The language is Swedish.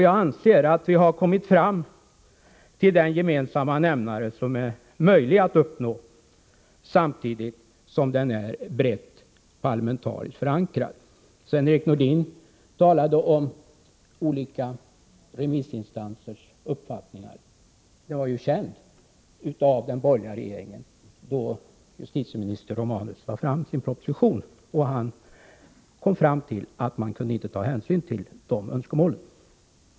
Jag anser att vi har kommit fram till den gemensamma nämnare som är möjlig att uppnå, om den samtidigt skall vara brett parlamentariskt förankrad. Sven-Erik Nordin talade om olika remissinstansers uppfattningar. Dessa uppfattningar var ju kända av den borgerliga regeringen, då justitieminister Romanus lade fram sin proposition, och han hade dragit slutsatsen att man inte kunde ta hänsyn till de här önskemålen.